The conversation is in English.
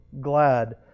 glad